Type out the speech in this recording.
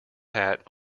hat